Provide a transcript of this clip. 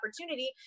opportunity